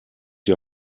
die